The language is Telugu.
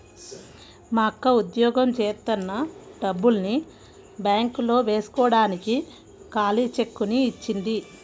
మా అక్క ఉద్యోగం జేత్తన్న డబ్బుల్ని బ్యేంకులో వేస్కోడానికి ఖాళీ చెక్కుని ఇచ్చింది